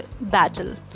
battle